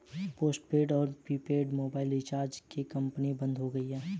postpaid और prepaid mobile recharge की कई कंपनियां बंद हो गई